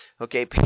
Okay